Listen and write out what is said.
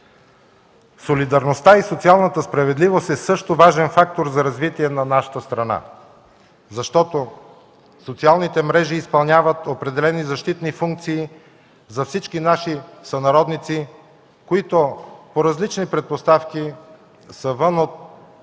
Солидарността и социалната справедливост са също важен фактор за развитие на нашата страна, защото социалните мрежи изпълняват определени защитни функции за всички наши сънародници, които по различни предпоставки са вън от